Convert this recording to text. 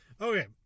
Okay